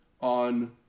on